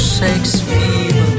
Shakespeare